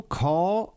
call